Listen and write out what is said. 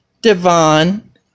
Devon